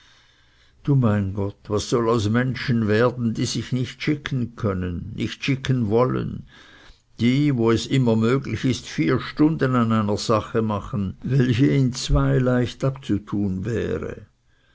du mein gott was soll aus menschen werden die sich nicht schicken können nicht schicken wollen die wo es immer möglich ist vier stunden an einer sache machen welche in zwei leicht abzutun wäre